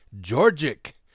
Georgic